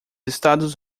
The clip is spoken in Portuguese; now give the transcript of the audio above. estados